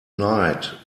night